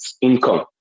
income